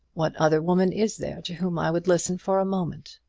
what other woman is there to whom i would listen for a moment?